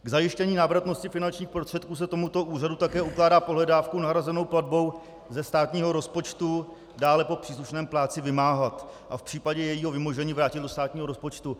K zajištění návratnosti finančních prostředků se tomuto úřadu také ukládá pohledávku nahrazenou platbou ze státního rozpočtu dále po příslušném plátci vymáhat a v případě jejího vymožení vrátit do státního rozpočtu.